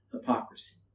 hypocrisy